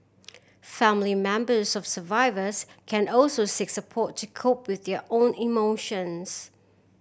family members serve survivors can also seek support to cope with their own emotions